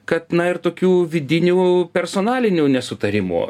kad na ir tokių vidinių personalinių nesutarimų